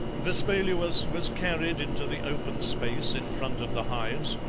vespaluus was carried into the open space in front of the hives,